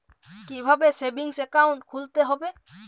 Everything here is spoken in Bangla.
কীভাবে সেভিংস একাউন্ট খুলতে হবে?